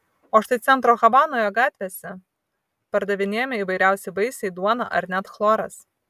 o štai centro havanoje gatvėse pardavinėjami įvairiausi vaisiai duona ar net chloras